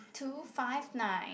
two five nine